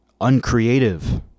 uncreative